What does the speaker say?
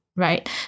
right